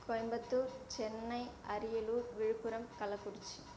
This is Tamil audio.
கோயம்புத்தூர் சென்னை அரியலூர் விழுப்புரம் கள்ளக்குறிச்சி